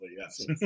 yes